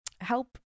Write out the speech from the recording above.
help